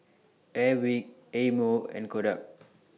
Airwick Eye Mo and Kodak